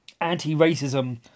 anti-racism